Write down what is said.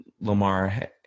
Lamar –